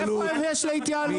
איפה יש להתייעל?